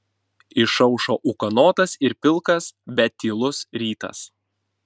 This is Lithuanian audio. išaušo ūkanotas ir pilkas bet tylus rytas